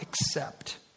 accept